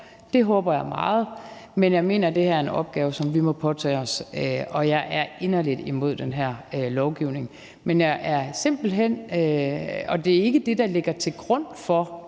det håber jeg meget. Men jeg mener, at det her er en opgave, som vi må påtage os. Jeg er inderligt imod den her lovgivning. Det er ikke det, der ligger til grund for